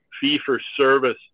fee-for-service